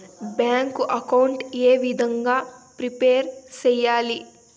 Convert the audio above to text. Bank account ఏ విధంగా prepare సెయ్యాలి?